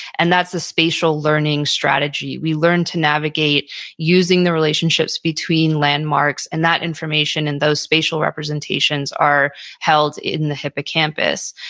and that's the spatial learning strategy. we learn to navigate using the relationships between landmarks. and that information and those spatial representations are held in the hippocampus.